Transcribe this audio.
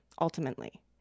ultimately